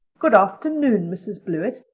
good afternoon, mrs. blewett.